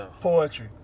poetry